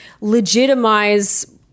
legitimize